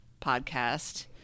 podcast